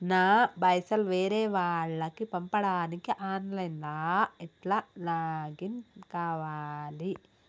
నా పైసల్ వేరే వాళ్లకి పంపడానికి ఆన్ లైన్ లా ఎట్ల లాగిన్ కావాలి?